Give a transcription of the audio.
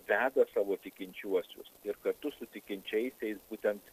veda savo tikinčiuosius ir kartu su tikinčiaisiais būtent